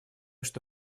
что